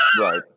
Right